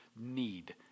need